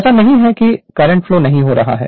ऐसा नहीं है कि करंट फ्लो नहीं हो रहा है